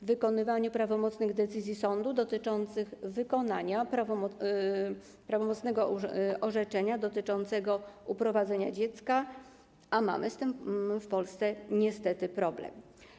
Wykonywanie prawomocnych decyzji sądu dotyczących wykonania prawomocnego orzeczenia dotyczącego uprowadzenia dziecka, a mamy z tym w Polsce niestety w problem.